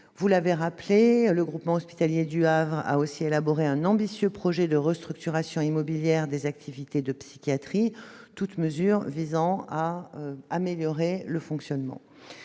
Vous l'avez rappelé, le groupement hospitalier du Havre a aussi élaboré un ambitieux projet de restructuration immobilière des activités de psychiatrie. Toutes ces mesures visent à améliorer le fonctionnement